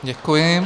Děkuji.